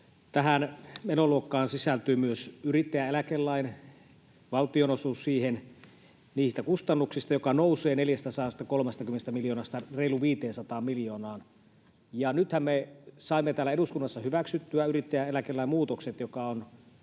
Tähän menoluokkaan sisältyy myös yrittäjän eläkelain valtionosuus niihin kustannuksiin, jotka nousevat 430 miljoonasta reiluun 500 miljoonaan. Nythän me saimme täällä eduskunnassa hyväksyttyä yrittäjän eläkelain muutokset, mikä on